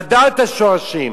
לדעת את השורשים.